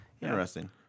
Interesting